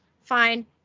fine